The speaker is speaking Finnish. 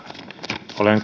olen